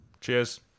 Cheers